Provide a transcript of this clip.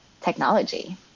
technology